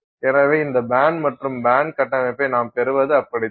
எனவே இந்த பேண்ட் மற்றும் பேண்ட் கட்டமைப்பை நாம் பெறுவது அப்படித்தான்